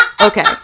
okay